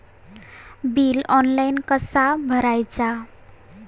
Bill online कसा भरायचा?